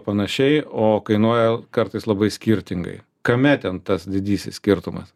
panašiai o kainuoja kartais labai skirtingai kame ten tas didysis skirtumas